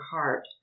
heart